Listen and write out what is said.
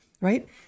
right